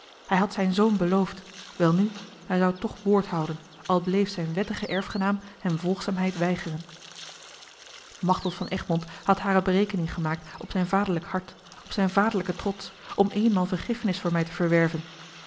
hij had zijn zoon beloofd welnu hij zou toch woord houden al bleef zijn wettige erfgenaam hem volgzaamheid weigeren machteld van egmond had hare berekening gemaakt op zijn vaderlijk hart op zijn vaderlijken trots om eenmaal vergiffenis voor mij te verwerven